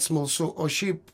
smalsu o šiaip